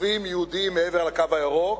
יישובים יהודיים מעבר ל"קו הירוק",